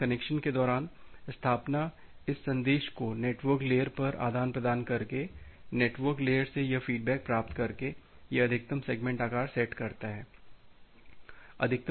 इसलिए कनेक्शन के दौरान स्थापना इस संदेश को नेटवर्क लेयर पर आदान प्रदान करके नेटवर्क लेयर से यह फीडबैक प्राप्त करके यह अधिकतम सेगमेंट आकार सेट करता है